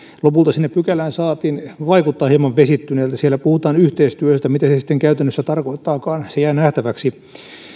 lopulta sinne pykälään saatiin vaikuttaa hieman vesittyneeltä siellä puhutaan yhteistyöstä mitä se sitten käytännössä tarkoittaakaan se jää nähtäväksi